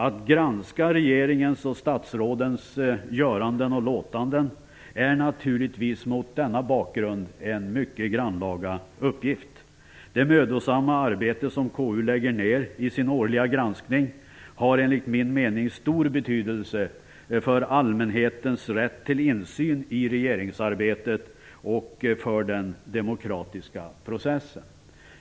Att granska regeringens och statsrådens göranden och låtanden är naturligtvis mot denna bakgrund en mycket grannlaga uppgift. Det mödosamma arbete som KU lägger ner i sin årliga granskning har enligt min mening stor betydelse för allmänhetens rätt till insyn i regeringsarbetet och för den demokratiska processen.